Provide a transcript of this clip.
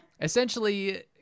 Essentially